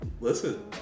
Listen